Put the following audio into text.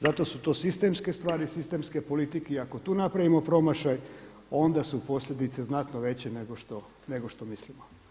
Zato su sistemske stvari, sistemske politike i ako tu napravimo promašaj onda su posljedice znatno veće nego što mislimo.